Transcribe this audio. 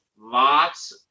Lots